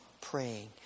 praying